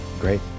Great